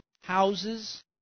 houses